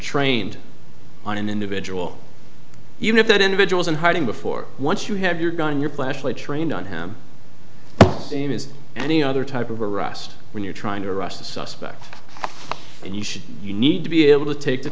trained on an individual unit that individuals in hiding before once you have your gun your flashlight trained on him seen as any other type of arrest when you're trying to rush the suspect and you should you need to be able to take the